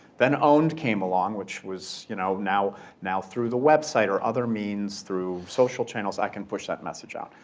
then owned came along which was you know now now through the website or other means through social channels, i can push that message out.